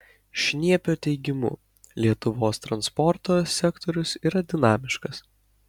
šniepio teigimu lietuvos transporto sektorius yra dinamiškas